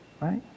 Right